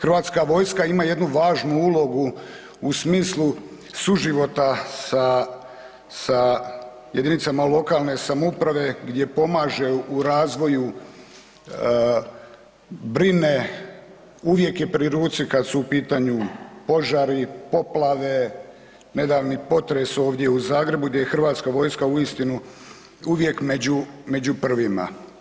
Hrvatska vojska ima jednu važnu ulogu u smislu suživota sa jedinicama lokalne samouprave gdje pomaže u razvoju, brine, uvijek je pri ruci kada su u pitanju požari, poplave, nedavni potres ovdje u Zagrebu gdje je hrvatska vojska uistinu uvijek među prvima.